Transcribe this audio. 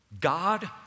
God